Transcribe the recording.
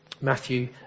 Matthew